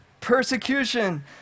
persecution